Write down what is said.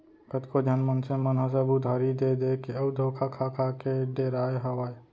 कतको झन मनसे मन ह सब उधारी देय देय के अउ धोखा खा खा डेराय हावय